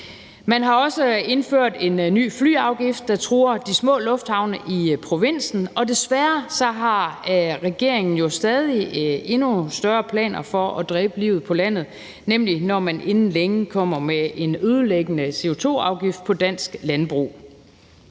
Man har også indført en ny flyafgift, det truer de små lufthavne i provinsen, og desværre har regeringen stadig endnu større planer for at dræbe livet på landet, nemlig når man inden længe kommer med en ødelæggende CO2-afgift på dansk landbrug.